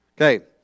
Okay